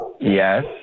Yes